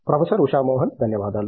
professor Usha Mohan ధన్యవాదాలు